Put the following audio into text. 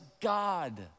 God